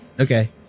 Okay